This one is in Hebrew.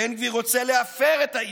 בן גביר רוצה להפר את האיזון,